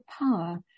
power